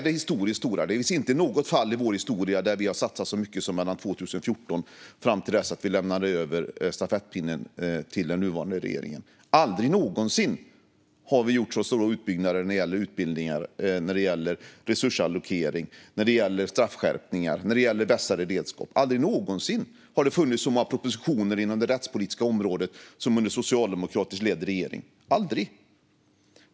Det finns inte något annat fall i vår historia där det har satsats så mycket som vi gjorde från 2014 fram till att vi lämnade över stafettpinnen till den nuvarande regeringen. Aldrig någonsin har vi gjort så stora utbyggnader när det gäller utbildningar, resursallokering, straffskärpningar och vässade redskap. Aldrig någonsin har det funnits så många propositioner inom det rättspolitiska området som under den socialdemokratiskt ledda regeringen.